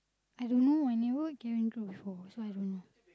I don't know I never cabin crew before so I don't know